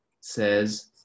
says